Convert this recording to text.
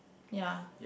ya